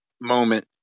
moment